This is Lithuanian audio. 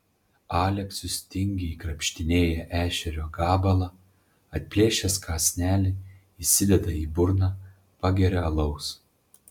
aleksius tingiai krapštinėja ešerio gabalą atplėšęs kąsnelį įsideda į burną pageria alaus